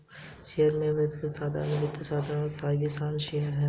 शेयरों के वर्ग साधारण, वरीयता, वृद्धि और आस्थगित शेयर हैं